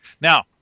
Now